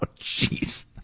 jeez